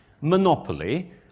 monopoly